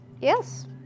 Yes